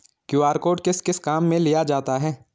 QR code किस किस काम में लिया जाता है?